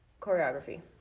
choreography